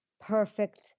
perfect